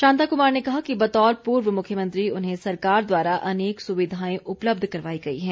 शांता कुमार ने कहा है कि बतौर पूर्व मुख्यमंत्री उन्हें सरकार द्वारा अनेक सुविधाएं उपलब्ध करवाई गई हैं